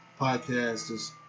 podcasters